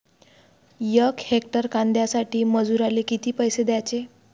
यक हेक्टर कांद्यासाठी मजूराले किती पैसे द्याचे?